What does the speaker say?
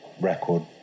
record